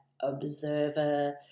observer